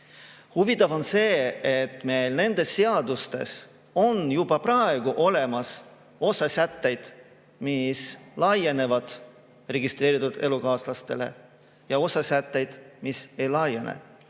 Huvitav on see, et meil nendes seadustes on juba praegu olemas osa sätteid, mis laienevad registreeritud elukaaslastele, ja osa sätteid, mis ei laiene.